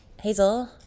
hazel